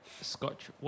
Scotch